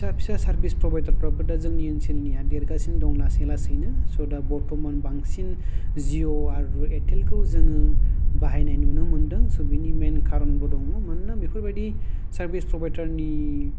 फिसा फिसा service provider फ्राबो दा जोंनि ओनसोलनिया देरगासिनो दं लासै लासैनो स' दा बरतमान बांसिन जिअ आरो एयारटेल खौ जोङो बाहायनााय नुनो मोनदों बेनि मेइन खारनबो दङ मानोना बेफोरबादि सार्भिस प्रबायडार नि